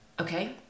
Okay